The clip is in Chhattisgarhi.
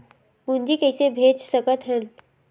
पूंजी कइसे भेज सकत हन?